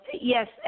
yes